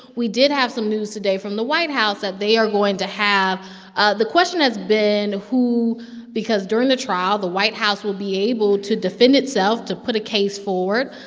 we did have some news today from the white house that they are going to have ah the question has been who because during the trial, the white house will be able to defend itself, to put a case forward.